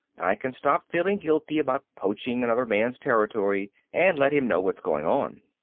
i can stop feeling guilty about poaching another man's territory and let him know what's going on.